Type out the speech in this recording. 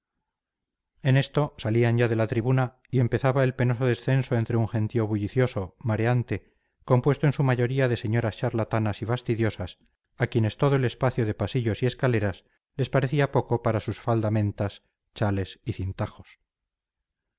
en esto salían ya de la tribuna y empezaba el penoso descenso entre un gentío bullicioso mareante compuesto en su mayoría de señoras charlatanas y fastidiosas a quienes todo el espacio de pasillos y escaleras les parecía poco para sus faldamentas chales y cintajos